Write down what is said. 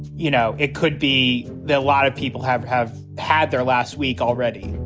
you know, it could be that a lot of people have have had their last week already.